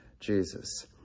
jesus